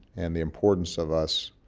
and the importance of us